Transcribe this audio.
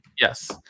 Yes